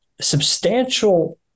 substantial